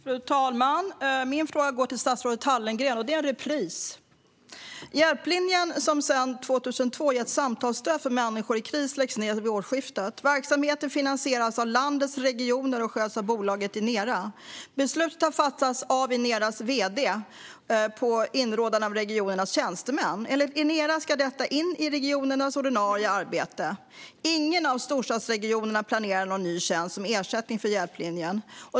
Fru talman! Min fråga går till statsrådet Hallengren och är en repris. Hjälplinjen, som sedan 2002 gett samtalsstöd åt människor i kris, läggs ned vid årsskiftet. Verksamheten finansieras av landets regioner och sköts av bolaget Inera. Beslutet har fattats av Ineras vd, på inrådan av regionernas tjänstemän. Enligt Inera ska detta in i regionernas ordinarie arbete. Ingen av storstadsregionerna planerar någon ny tjänst som ersättning för Hjälplinjen.